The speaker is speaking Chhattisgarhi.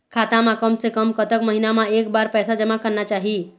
खाता मा कम से कम कतक महीना मा एक बार पैसा जमा करना चाही?